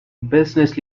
business